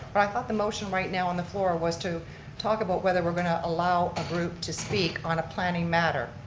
but i thought the motion right now on the floor was to talk about whether we're going to allow a group to speak on a planning matter.